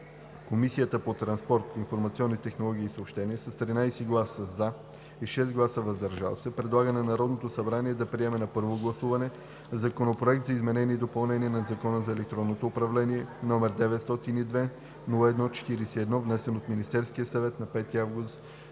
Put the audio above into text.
Комисията по транспорт, информационни технологии и съобщения с 13 гласа „за“ и 6 гласа „въздържал се“ предлага на Народното събрание да приеме на първо гласуване Законопроект за изменение и допълнение на Закона за електронното управление, № 902-01-41, внесен от Министерския съвет на 5 август